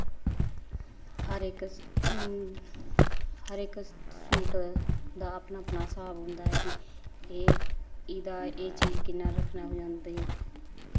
हर इक सूट दा अपना अपना स्हाब होंदा ऐ कि एह्दा एह् चीज़ कि'यां रक्खनी ऐं